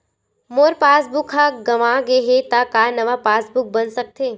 मोर passbook ह गंवा गे हे त का नवा पास बुक बन सकथे?